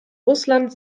russland